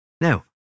Now